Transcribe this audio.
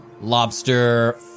lobster